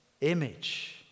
image